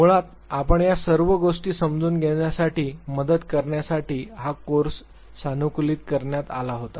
मुळात आपणास या सर्व गोष्टी समजून घेण्यासाठी मदत करण्यासाठी हा कोर्स सानुकूलित करण्यात आला होता